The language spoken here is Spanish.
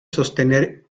sostener